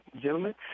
gentlemen